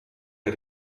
der